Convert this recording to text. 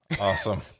Awesome